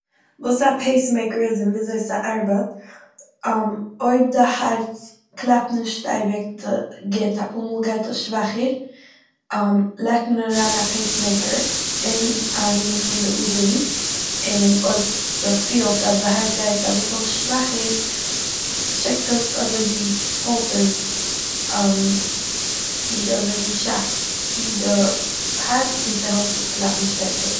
וואס א פעיס מעיקער איז און ווי אזוי ס'ארבעט, אויב די הארץ קלאפט נישט אייביג גוט, אפאר מאל גייט עס שוואכער, לייגט מען אריין א פעיס מעיקער און איינע פון די אדערן און אויב ס'פילט אז די הארץ גייט אביסל שוואכער שיקט עס אזוי ווי פולסעס צו אזוי ווי- שאקס צו די הארץ און ס'העלפט עס קלאפן שטערקער.